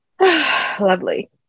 Lovely